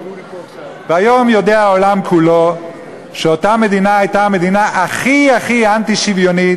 והיום יודע העולם כולו שאותה מדינה הייתה הכי-הכי אנטי-שוויונית,